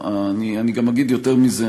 אני גם אגיד יותר מזה.